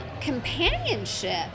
companionship